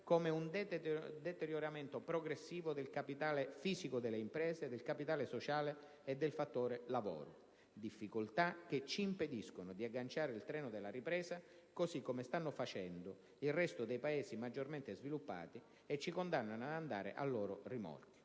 come un deterioramento progressivo del capitale fisico delle imprese, del capitale sociale e del fattore lavoro. Difficoltà che ci impediscono di agganciare il treno della ripresa, così come stanno facendo il resto dei Paesi maggiormente sviluppati, e ci condannano ad andare a loro rimorchio.